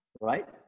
Right